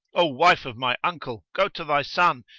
o wife of my uncle, go to thy son,